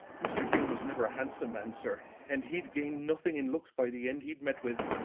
mr. hume was never a handsome man, sir and he'd gained nothing in looks by the end he'd met with.